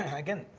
again,